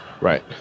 Right